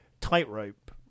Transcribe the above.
tightrope